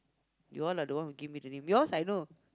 you all are the one who give me the name yours I know